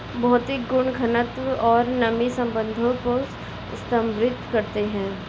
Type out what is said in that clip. भौतिक गुण घनत्व और नमी संबंधों को संदर्भित करते हैं